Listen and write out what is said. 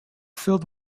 filled